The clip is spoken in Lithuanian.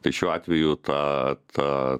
tai šiuo atveju ta ta